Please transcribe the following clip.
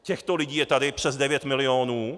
Těchto lidí je tady přes 9 milionů.